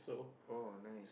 oh nice